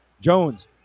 Jones